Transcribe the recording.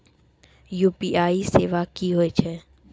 UPI सेवा की होय छै?